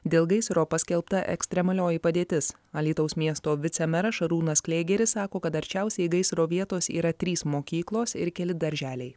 dėl gaisro paskelbta ekstremalioji padėtis alytaus miesto vicemeras šarūnas klėgeris sako kad arčiausiai gaisro vietos yra trys mokyklos ir keli darželiai